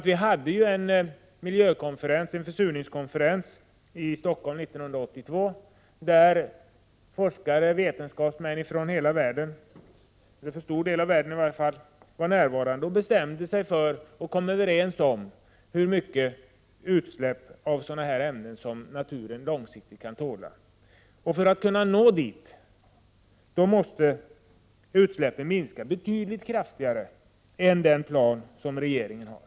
Vi hade en försurningskonferens i Stockholm 1982, där forskare och vetenskapsmän från en stor del av världen var närvarande. De kom fram till hur mycket utsläpp av sådana här ämnen naturen långsiktigt kan tåla. För att nå den nivån måste vi minska utsläppen betydligt kraftigare än enligt den plan som regeringen har.